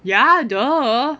ya !duh!